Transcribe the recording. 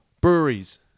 Breweries